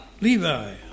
Levi